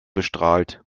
bestrahlt